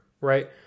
right